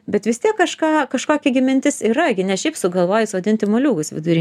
bet vis tiek kažką kažkokį gi mintis yra gi ne šiaip sugalvoji sodinti moliūgus vidury